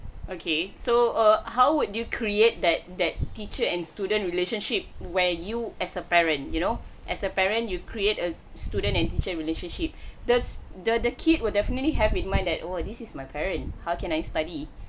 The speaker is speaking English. okay so err how would you create that that teacher and student relationship where you as a parent you know as a parent you create a student and teacher relationship that's the the kid will definitely have in mind that oh this is my parent how can I study